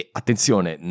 attenzione